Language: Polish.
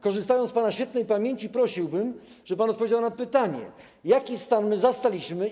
Korzystając z pana świetnej pamięci, prosiłbym, żeby pan odpowiedział na pytanie, jaki stan zastaliśmy.